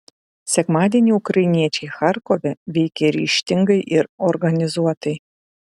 sekmadienį ukrainiečiai charkove veikė ryžtingai ir organizuotai